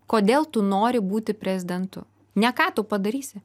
kodėl tu nori būti prezidentu ne ką tu padarysi